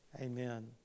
Amen